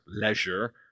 leisure